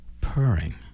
purring